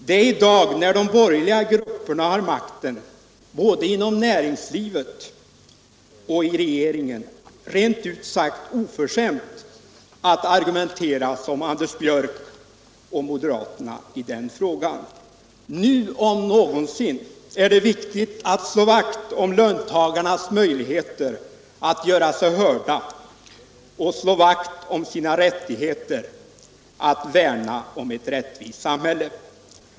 Det är i dag när de borgerliga grupperna har makten både inom näringslivet och i regeringen rent ut sagt oförskämt att argumentera så som Anders Björck och moderaterna gör i den frågan. Nu om någonsin är det viktigt att slå vakt om löntagarnas möjligheter att göra sig hörda och att värna om ett rättvist samhälle.